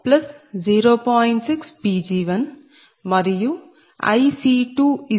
6 Pg1 మరియు IC240